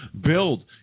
build